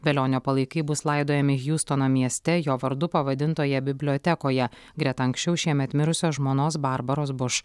velionio palaikai bus laidojami hiustono mieste jo vardu pavadintoje bibliotekoje greta anksčiau šiemet mirusios žmonos barbaros buš